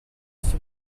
sur